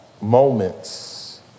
moments